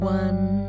one